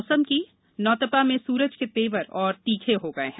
मौसम नौतपा में सूरज के तेवर और तीखे हो गए हैं